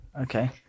Okay